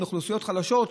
לאוכלוסיות חלשות,